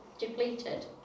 Depleted